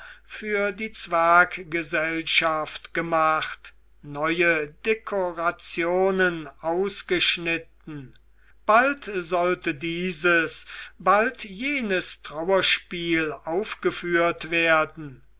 für die zwerggesellschaft gemacht neue dekorationen ausgeschnitten bald sollte dieses bald jenes trauerspiel aufgeführt werden